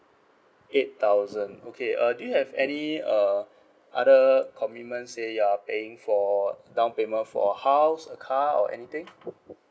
eight thousand okay uh do you have any uh other commitment say you're paying for down payment for a house a car or anything